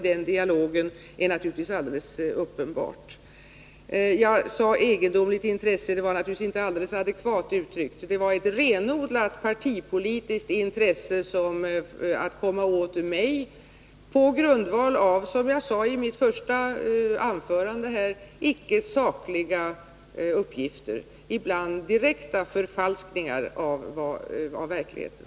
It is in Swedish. Det är alldeles uppenbart. När jag talade om egendomliga intressen uttryckte jag mig inte alldeles adekvat. Det gällde ett renodlat partipolitiskt intresse att komma åt mig på / grundval av icke sakliga uppgifter, såsom jag sade i mitt första anförande. Ibland var det fråga om direkta förfalskningar av verkligheten.